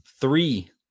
three